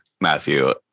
Matthew